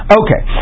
okay